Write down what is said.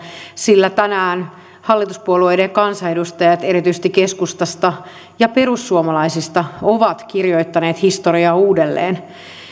sillä tänään hallituspuolueiden kansanedustajat erityisesti keskustasta ja perussuomalaisista ovat kirjoittaneet historiaa uudelleen